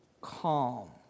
Calm